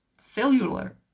cellular